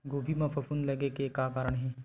गोभी म फफूंद लगे के का कारण हे?